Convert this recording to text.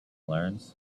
learns